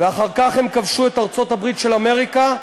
ואחר כך הם כבשו את ארצות-הברית של אמריקה,